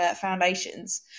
foundations